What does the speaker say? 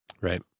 Right